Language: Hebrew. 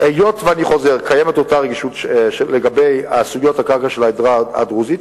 היות שקיימת אותה רגישות לגבי סוגיות הקרקע של העדה הדרוזית,